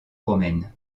romaine